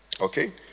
okay